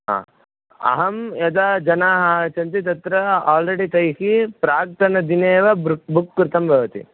हा अहं यदा जनाः आगच्छन्ति तत्र आल्रेडि तैः प्राक्तनदिने एव बृक् बुक् कृतं भवति